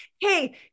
hey